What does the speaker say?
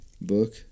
book